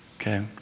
okay